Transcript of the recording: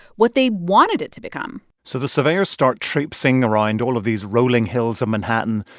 what they wanted it to become so the surveyors start traipsing around all of these rolling hills of manhattan,